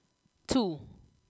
two